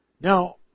Now